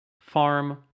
farm